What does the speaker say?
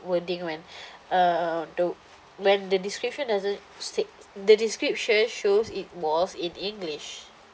wording man uh the when the description doesn't state the description shows it was in english